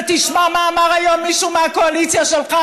ותשמע מה אמר היום מישהו מהקואליציה שלך,